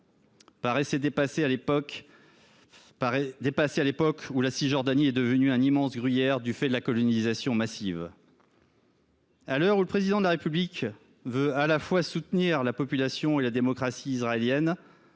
paraît dépassée à l’époque où la Cisjordanie est devenue un immense gruyère du fait de la colonisation massive. À l’heure où le Président de la République veut non seulement soutenir la population et la démocratie israélienne